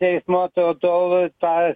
teismo to tol ta